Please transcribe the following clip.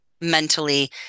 mentally